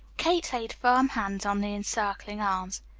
kate laid firm hands on the encircling arms.